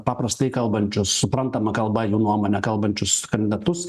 paprastai kalbančius suprantama kalba jų nuomone kalbančius kandidatus